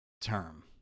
term